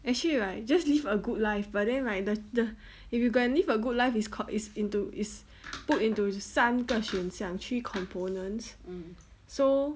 actually right just live a good life but then right the the if you go and live a good life it's called it's into it's put into 三个选项 three components so